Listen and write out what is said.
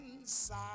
inside